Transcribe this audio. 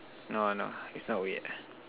no no it's not weird ah